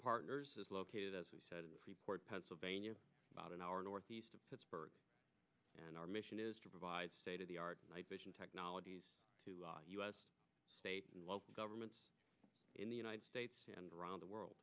partners is located as we said in pennsylvania about an hour north east of pittsburgh and our mission is to provide state of the art night vision technologies to u s state and local governments in the united states and around the world